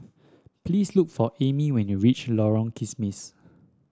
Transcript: please look for Amie when you reach Lorong Kismis